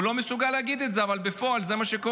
הוא לא מסוגל להגיד את זה, אבל בפועל זה מה שקורה.